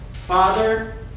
Father